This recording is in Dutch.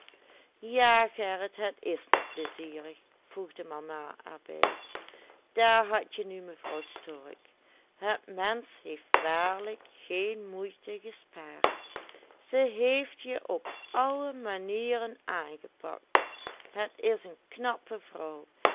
ja gerrit het is niet pleizierig voegde mama er bij daar hadje nu mevrouw stork het mensch heeft waarlijk geen moeite gespaard ze heeft je op alle manieren aangepakt het is een knappe vrouw